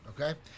okay